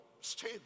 Stay